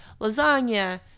lasagna